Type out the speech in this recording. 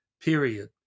period